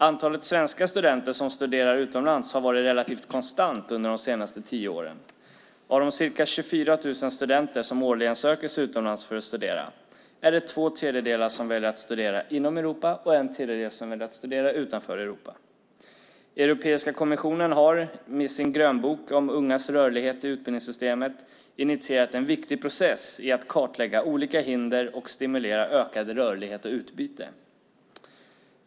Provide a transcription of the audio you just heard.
Antalet svenska studenter som studerar utomlands har varit relativt konstant under de senaste tio åren. Av de ca 24 000 studenter som årligen söker sig utomlands för att studera är det två tredjedelar som väljer att studera inom Europa och en tredjedel som väljer att studera utanför Europa. Med sin grönbok om ungas rörlighet i utbildningssystemet har Europeiska kommissionen initierat en viktig process för att kartlägga olika hinder och stimulera ökad rörlighet och ökat utbyte.